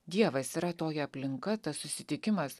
dievas yra toji aplinka tas susitikimas